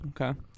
Okay